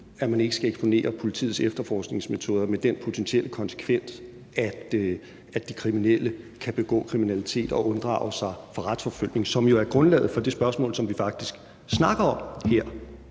at man ikke skal eksponere politiets efterforskningsmetoder med den potentielle konsekvens, at de kriminelle kan begå kriminalitet og unddrage sig retsforfølgelse, hvad der jo er grundlaget for det spørgsmål, som vi faktisk snakker om her,